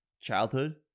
childhood